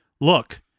look